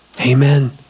Amen